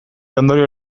ondorio